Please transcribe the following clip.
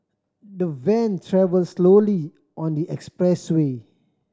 the van travel slowly on the expressway